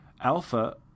Alpha